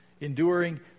enduring